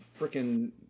freaking